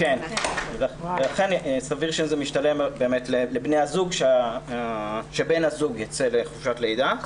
לכן סביר שזה משתלם לבני הזוג שבן הזוג יצא לחופשת לידה.